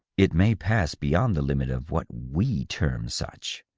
it may pass beyond the limit of what we term such.